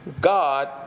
God